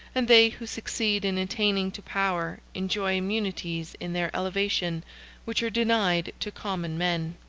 and they who succeed in attaining to power enjoy immunities in their elevation which are denied to common men.